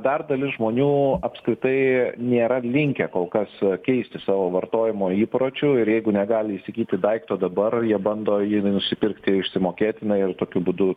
dar dalis žmonių apskritai nėra linkę kol kas keisti savo vartojimo įpročių ir jeigu negali įsigyti daikto dabar jie bando jį nusipirkti išsimokėtinai ir tokiu būdu